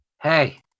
Hey